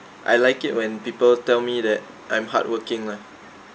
I like it when people tell me that I'm hardworking lah